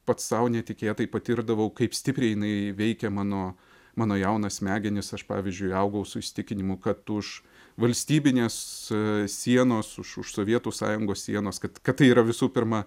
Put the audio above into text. pats sau netikėtai patirdavau kaip stipriai jinai veikia mano mano jaunas smegenis aš pavyzdžiui augau su įsitikinimu kad už valstybinės sienos už sovietų sąjungos sienos kad kad tai yra visų pirma